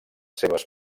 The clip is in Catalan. seves